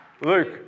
Luke